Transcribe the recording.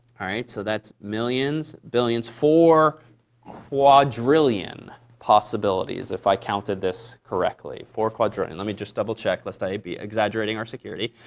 all right. so that's millions, billions four quadrillion possibilities, if i counted this correctly four quadrillion. let me just double check, lest i be exaggerating our security.